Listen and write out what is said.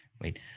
Wait